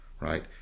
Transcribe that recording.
right